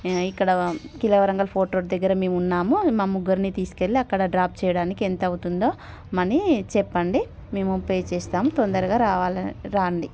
ఇక్కడ Khila Warangal fort road దగ్గర మేమున్నాము మా ముగ్గురినీ తీసుకెళ్ళి అక్కడ డ్రాప్ చేయడానికి ఎంత అవుతుందో మనీ చెప్పండి మేము పే చేస్తాము తొందరగా రావాల రండి